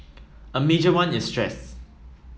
a major one is stress